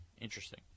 Interesting